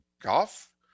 golf